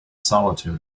solitude